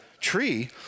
tree